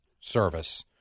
service